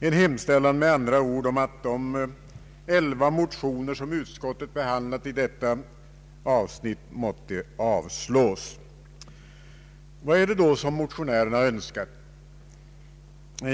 En hemställan med andra ord att de elva motioner som utskottet behandlat i detta avsnitt måtte avslås. Vad är det då som motionärerna önskar?